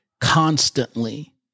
constantly